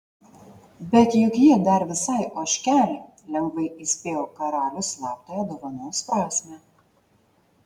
bet juk ji dar visai ožkelė lengvai įspėjo karalius slaptąją dovanos prasmę